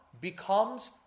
becomes